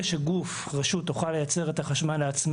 זה יכול להיות תכנון ספציפי לביצוע.